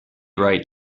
right